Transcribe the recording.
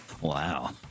Wow